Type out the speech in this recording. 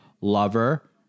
Lover